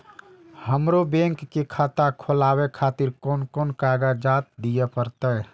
हमरो बैंक के खाता खोलाबे खातिर कोन कोन कागजात दीये परतें?